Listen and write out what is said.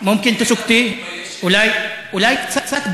(אומר בערבית: אולי תשתקי?)